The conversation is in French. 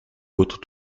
votre